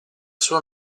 sua